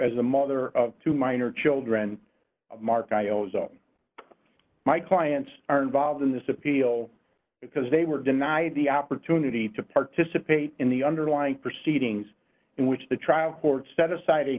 as a mother of two minor children mark my clients are involved in this appeal d because they were denied the opportunity to participate in the underlying proceedings in which the trial court set aside a